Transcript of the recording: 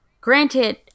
granted